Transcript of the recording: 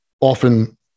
often